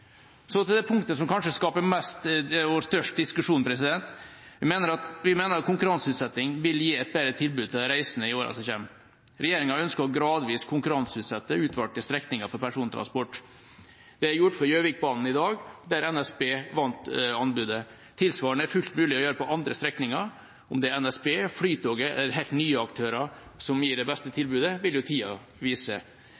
Så til det punktet som kanskje skaper mest og størst diskusjon. Vi mener at konkurranseutsetting vil gi et bedre tilbud til de reisende i årene som kommer. Regjeringa ønsker gradvis å konkurranseutsette utvalgte strekninger for persontransport. Det er gjort på Gjøvikbanen i dag, der NSB vant anbudet. Tilsvarende er fullt mulig å gjøre på andre strekninger. Om det er NSB, Flytoget eller helt nye aktører som gir det beste tilbudet, vil tida vise.